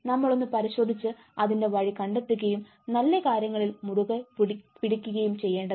നമ്മളാണ് പരിശോധിച്ച് അതിന്റെ വഴി കണ്ടെത്തുകയും നല്ല കാര്യങ്ങളിൽ മുറുകെ പിടിക്കുകയും ചെയ്യേണ്ടത്